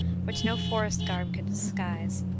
which no forest garb could disguise